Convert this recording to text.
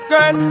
Girl